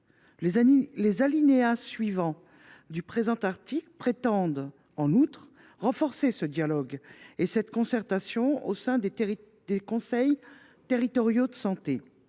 Les alinéas suivants du présent article prétendent en outre renforcer ce dialogue et cette concertation au sein des conseils territoriaux de santé.